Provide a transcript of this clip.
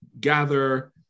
gather